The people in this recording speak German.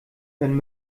wenn